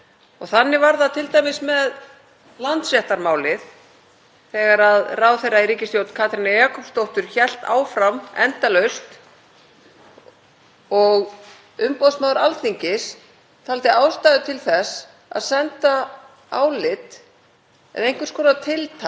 og umboðsmaður Alþingis taldi ástæðu til þess að senda álit eða einhvers konar tiltal til ríkislögmanns um það ójafnræði sem er milli aðila þegar ríkið beitir öllum sínum þunga